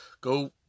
Go